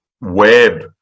web